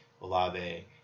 Olave